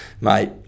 mate